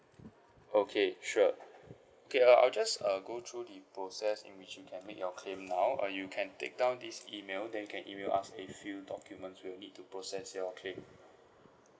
okay sure okay uh I'll just uh go through the process in which you can make your claim now uh you can take down this email then you can email us a few documents we'll need to process your claim